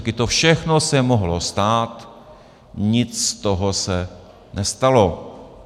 To všechno se mohlo stát, nic z toho se nestalo.